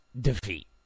Defeat